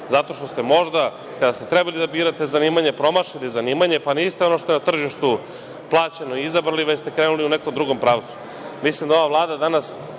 zato što ste možda, kada ste trebali da birate zanimanje, promašili zanimanje, pa niste ono što je na tržištu plaćeno izabrali, već ste krenuli u nekom drugom pravcu. Mislim